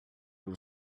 will